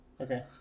okay